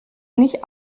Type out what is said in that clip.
nicht